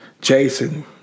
Jason